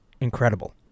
incredible